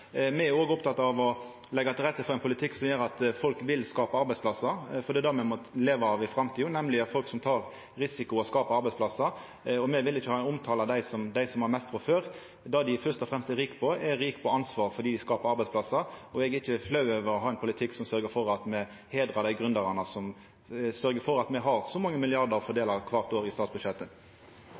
Me er òg opptekne av å leggja til rette for ein politikk som gjer at folk vil skapa arbeidsplassar, for det er det me må leva av i framtida, nemleg folk som tek risiko og skapar arbeidsplassar. Me vil ikkje ha ei omtale av dei som dei som har mest frå før. Det dei fyrst og fremst er rike på, er ansvar, fordi dei skapar arbeidsplassar. Eg er ikkje flau over å ha ein politikk som sørgjer for at me heidrar dei gründerane som gjer at me har så mange milliardar å fordela kvart år i statsbudsjettet.